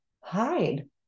hide